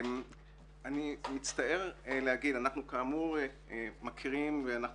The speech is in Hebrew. אני מצטער לומר - אנחנו כאמור מכירים ואנחנו